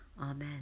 Amen